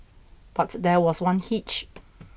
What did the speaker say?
but there was one hitch